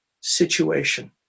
situation